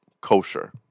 kosher